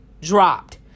dropped